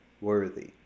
worthy